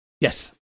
Yes